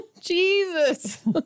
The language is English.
Jesus